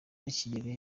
bakigera